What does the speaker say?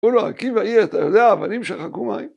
אמרו לו עקיבא אי אתה יודע? אבנים שחקו מים.